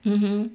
mmhmm